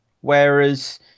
whereas